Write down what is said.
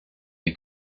you